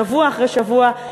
שבוע אחרי שבוע,